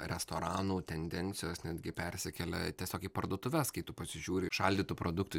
restoranų tendencijos netgi persikelia tiesiog į parduotuves kai tu pasižiūri šaldytų produktų